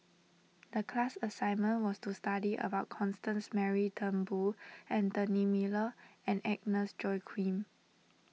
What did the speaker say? the class assignment was to study about Constance Mary Turnbull Anthony Miller and Agnes Joaquim